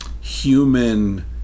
human